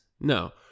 No